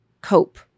cope